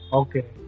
okay